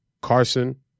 Carson